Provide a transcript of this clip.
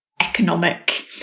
economic